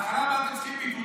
בהתחלה אמרת: צריכים בידוד.